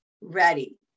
ready